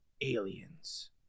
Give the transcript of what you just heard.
aliens